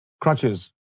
Crutches